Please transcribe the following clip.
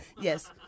Yes